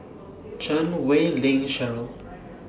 Chan Wei Ling Cheryl